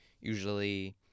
usually